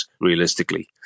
realistically